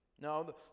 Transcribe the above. no